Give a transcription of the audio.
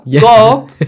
Go